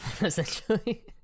essentially